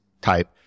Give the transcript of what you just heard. type